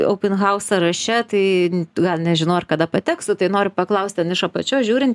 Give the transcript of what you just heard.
open house sąraše tai gal nežinau ar kada pateksiu tai noriu paklausti ten iš apačios žiūrint